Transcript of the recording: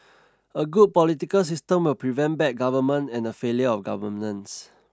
a good political system will prevent bad government and the failure of governance